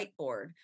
whiteboard